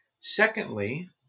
Secondly